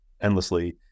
endlessly